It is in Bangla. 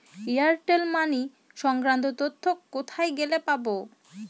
এয়ারটেল মানি সংক্রান্ত তথ্য কোথায় গেলে পাব?